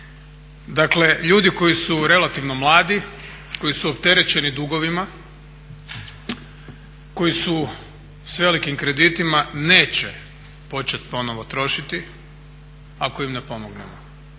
Dakle ljudi koji su relativno mladi, koji su opterećeni dugovima, koji su s velikim kreditima neće početi ponovno trošiti ako im ne pomognemo.